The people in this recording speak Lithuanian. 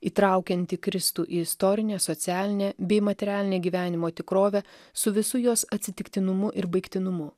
įtraukianti kristų į istorinę socialinę bei materialinę gyvenimo tikrovę su visu jos atsitiktinumu ir baigtinumu